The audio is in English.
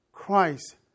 Christ